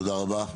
תודה רבה.